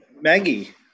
Maggie